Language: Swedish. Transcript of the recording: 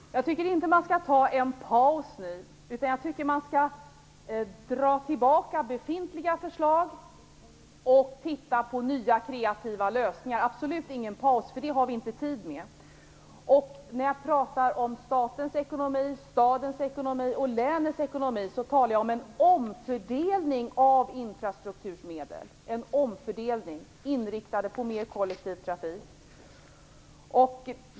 Herr talman! Jag tycker inte att man skall ta en paus nu, utan jag tycker att man skall dra tillbaka befintliga förslag och se på nya kreativa lösningar. Vi skall definitivt inte ta någon paus. Det har vi inte tid med. När jag pratar om statens, stadens och länets ekonomi talar jag om en omfördelning av infrastrukturmedel inriktad på mera kollektiv trafik.